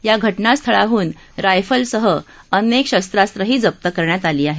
या घटनास्थळाहून रायफलसह अनेक शस्त्रास्त्रही जप्त करण्यात आली आहेत